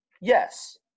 yes